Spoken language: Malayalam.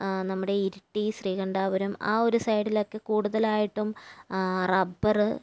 നമ്മുടെ ഇരുട്ടി ശ്രീകണ്ഠാപുരം ആ ഒരു സൈഡിലൊക്കെ കൂടുതലായിട്ടും റബ്ബറ്